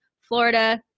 Florida